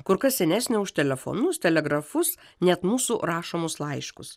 kur kas senesnė už telefonus telegrafus net mūsų rašomus laiškus